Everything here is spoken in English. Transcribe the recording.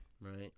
Right